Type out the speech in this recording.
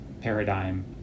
paradigm